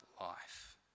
life